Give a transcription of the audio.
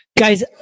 guys